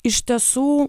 iš tiesų